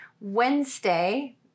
Wednesday